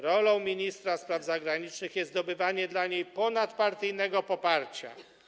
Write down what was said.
Rolą ministra spraw zagranicznych jest zdobywanie dla niej ponadpartyjnego poparcia.